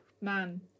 Man